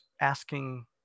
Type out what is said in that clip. asking